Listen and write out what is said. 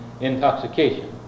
intoxication